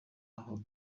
aho